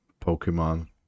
Pokemon